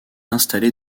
installée